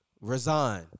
Resign